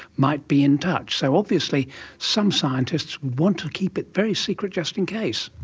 might be in touch. so, obviously some scientists want to keep it very secret, just in case.